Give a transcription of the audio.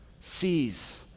sees